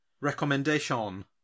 recommendation